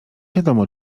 wiadomo